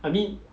I mean